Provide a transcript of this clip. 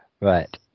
Right